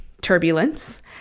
turbulence